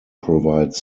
provide